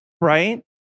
right